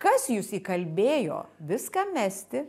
kas jus įkalbėjo viską mesti